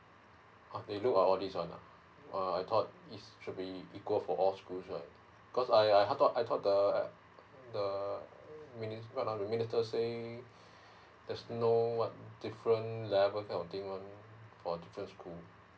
oh they do all this one ah err I thought it should be equal for all schools right cause I I had thought I thought the uh the uh the minister say there's no what different level kind of thing one for different school